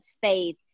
faith